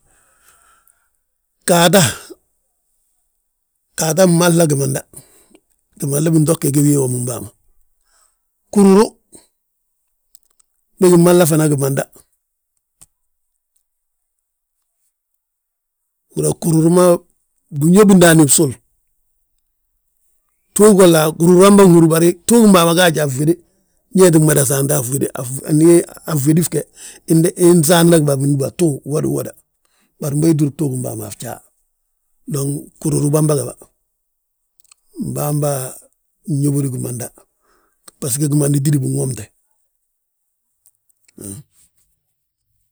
Ghaata, ghaata mahla gimanda, gimanda binto gegi wii womim bàa ma. Gúruru, bégi mahla fana gimanda, húri yaa gúruru ma biñóbi ndaani bsul, ftuug golla, gúruru wamba nhúru bari gtuugim bâa ma gaaj a fwéde. Ñee ttu mada saanta a fwéde ndi a fwédi ge, insaantini bà bindúbatu, uwodu uwoda; Bari ii ttur ftuugim bàa ma a fjaa, dong gúruru bamba ga, mbamba nyóbodi gimanda, bbasgo gimandi tígi binwomte.